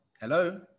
Hello